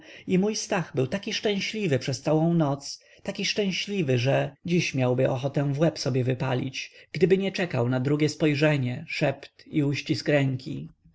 i mój stach był taki szczęśliwy przez całą noc taki szczęśliwy że dziś miałby ochotę w łeb sobie wypalić gdyby nie czekał na drugie spojrzenie szept i uścisk ręki